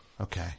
Okay